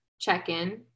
check-in